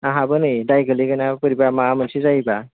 आंहाबो नै दाय गोलैगोनना बोरैबा माबा मोनसे जायोबा